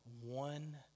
one